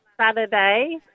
Saturday